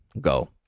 go